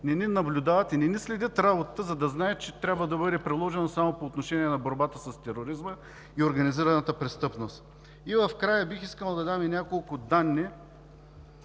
не ни наблюдават и не следят работата ни, за да знаят, че това трябва да бъде приложено само по отношение борбата с тероризма и организираната престъпност. Накрая бих искал да дам няколко